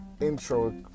intro